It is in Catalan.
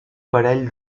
parell